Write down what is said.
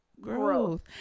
Growth